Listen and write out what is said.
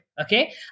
okay